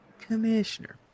Commissioner